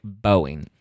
Boeing